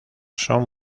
son